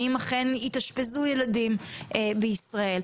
האם אכן התאשפזו ילדים בישראל,